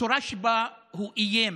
הצורה שבה הוא איים,